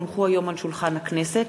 כי הונחו היום על שולחן הכנסת,